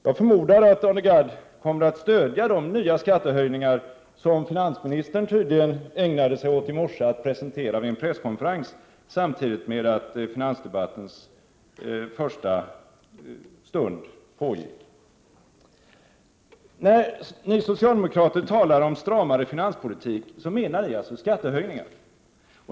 Jag förmodar att Arne Gadd kommer att stödja de nya skattehöjningar som finansministern tydligen ägnade sig åt att presentera vid en presskonferens i morse samtidigt med att finansdebattens första omgång pågick. När ni socialdemokrater talar om stramare finanspolitik menar ni alltså skattehöjningar.